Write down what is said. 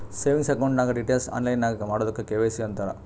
savings account ನಾಗ್ details online ನಾಗ್ ಮಾಡದುಕ್ ಕೆ.ವೈ.ಸಿ ಅಂತಾರ್